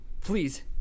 Please